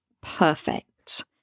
perfect